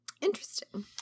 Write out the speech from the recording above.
Interesting